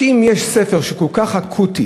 שאם יש ספר כל כך אקוטי,